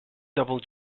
double